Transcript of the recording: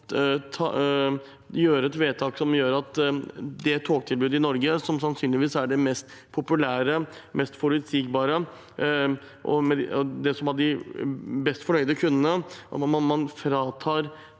fatte et vedtak som gjør at det togtilbudet i Norge som sannsynligvis er det mest populære og mest forutsigbare, og som har de mest fornøyde kundene, fratas